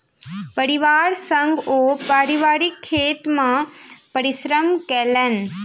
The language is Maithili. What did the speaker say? परिवार संग ओ पारिवारिक खेत मे परिश्रम केलैन